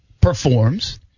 performs